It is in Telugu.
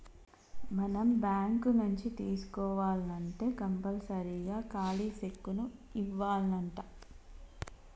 మనం బాంకు నుంచి తీసుకోవాల్నంటే కంపల్సరీగా ఖాలీ సెక్కును ఇవ్యానంటా